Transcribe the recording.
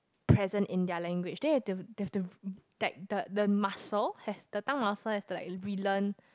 present in their language then you have to you have to that the the muscle has the tongue muscle has to like relearn